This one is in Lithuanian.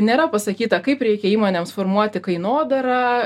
nėra pasakyta kaip reikia įmonėms formuoti kainodarą